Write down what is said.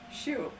Shoot